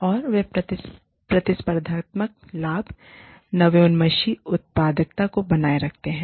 और वे प्रतिस्पर्धात्मक लाभ नवोन्मेषी उत्पादकता को बनाए रखते हैं